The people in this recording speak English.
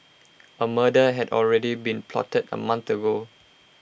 A murder had already been plotted A month ago